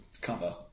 cover